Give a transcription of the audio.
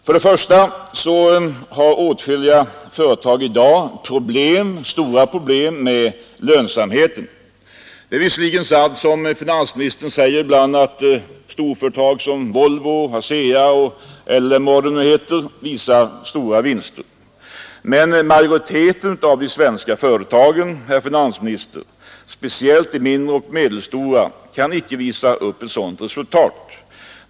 Först och främst har åtskilliga företag i dag stora problem med lönsamheten. Visserligen är det sant som finansministern ibland säger, att storföretag som Volvo, ASEA, LM Ericsson och liknande redovisar stora vinster, men majoriteten av de svenska företagen kan inte visa upp sådana resultat, och speciellt inte de mindre och medelstora, herr finansminister.